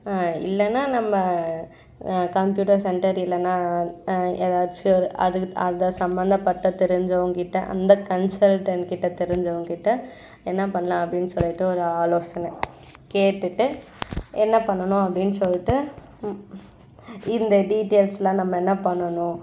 இல்லைன்னா நம்ம computer centre இல்லைன்னா ஏதாச்சும் ஒரு அதுக்கு அதை சம்பந்தப்பட்ட தெரிஞ்சவங்கள் கிட்டே அந்த கன்சல்டண்ட் கிட்டே தெரிஞ்சவங்கள் கிட்டே என்ன பண்ணலாம் அப்படின்னு சொல்லிவிட்டு ஒரு ஆலோசனை கேட்டுவிட்டு என்ன பண்ணணும் அப்படின்னு சொல்லிட்டு இந்த டீட்டெய்ல்ஸெல்லாம் நம்ம என்ன பண்ணணும்